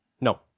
No